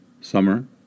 summer